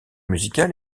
musical